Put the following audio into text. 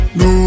no